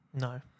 No